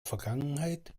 vergangenheit